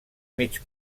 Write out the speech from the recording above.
mig